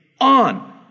on